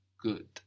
Good